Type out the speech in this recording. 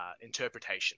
interpretation